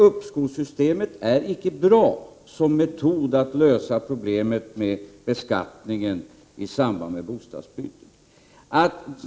Uppskovssystemet är därför inte bra som metod att lösa problemet med beskattningen i samband med bostadsbyte.